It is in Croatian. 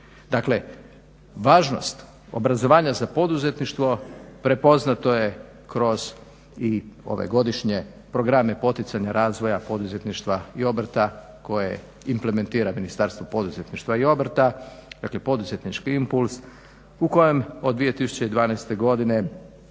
Dakle, važnost obrazovanja za poduzetništvo prepoznato je kroz i ove godišnje programe poticanja razvoja poduzetništva i obrta koje implementira Ministarstvo poduzetništva i obrta. Dakle, poduzetnički impuls u kojem od 2012. godine